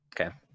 Okay